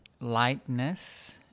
lightness